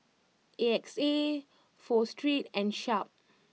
A X A Pho Street and Sharp